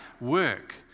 work